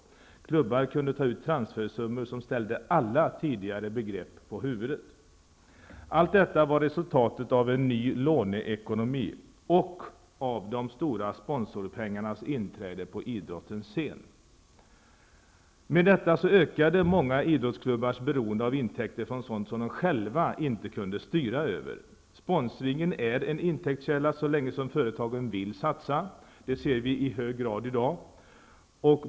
Klubbar kunde ta ut transfersummor som ställde alla tidigare begrepp på huvudet. Allt detta var resultatet av en ny låneekonomi och av de stora sponsorpengarnas inträde på idrottens scen. Därmed ökade många idrottsklubbars beroende av intäkter från sådant som de själva inte kunde styra över. Sponsringen är en intäktskälla så länge som företagen vill satsa -- det ser vi i hög grad i dag.